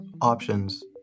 options